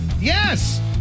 Yes